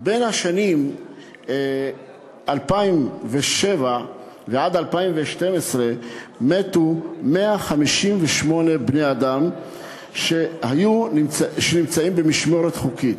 בשנים 2007 2012 מתו 158 בני-אדם שהיו במשמורת חוקית.